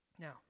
Now